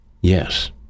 Yes